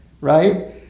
right